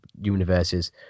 universes